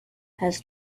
has